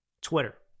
Twitter